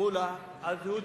מולה על זהות.